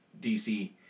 DC